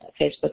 Facebook